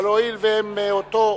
אבל הואיל והן באותו